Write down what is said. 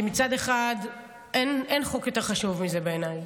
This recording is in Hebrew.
כי מצד אחד אין חוק יותר חשוב מזה בעיניי,